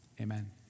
Amen